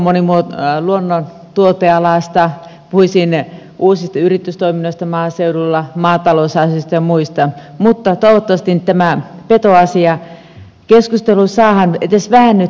puhuisin mielelläni luonnontuotealasta puhuisin uusista yritystoiminnoista maaseudulla maatalousasioista ja muista mutta toivottavasti nyt tämä petoasiakeskustelu saadaan edes vähän rauhoittumaan